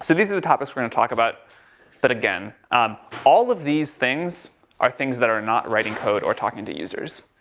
so these are the topics we're going to talk about but again um all of these things are things that are not writing code or talking to users.